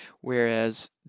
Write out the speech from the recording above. whereas